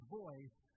voice